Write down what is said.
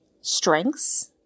strengths